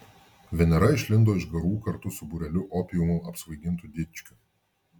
venera išlindo iš garų kartu su būreliu opiumu apsvaigintų dičkių